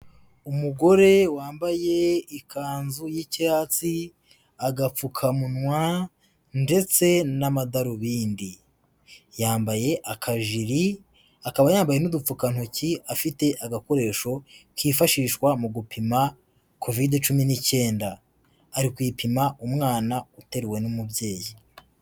Umugore wambaye ikanzu y'icyatsi, agapfukamunwa ndetse n'amadarubindi, yambaye akajiri, akaba yambaye n'udupfukantoki afite agakoresho kifashishwa mu gupima kovide cumi n'icyenda, ari kuyipima umwana uteruwe n'umubyeyi.